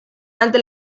ante